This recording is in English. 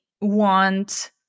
want